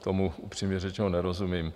Tomu upřímně řečeně nerozumím.